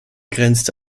grenzte